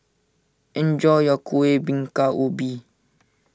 enjoy your Kueh Bingka Ubi